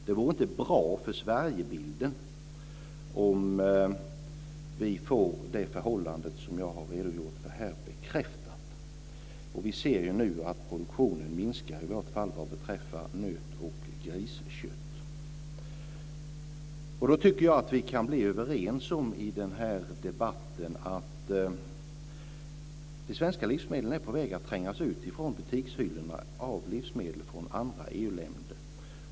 Det vore inte bra för Sverigebilden om vi får det förhållandet bekräftat. Vi ser nu att produktionen minskar vad beträffar nöt och griskött. Vi kan bli överens i denna debatt att de svenska livsmedlen är på väg att trängas ut från butikshyllorna av livsmedel från andra EU-länder.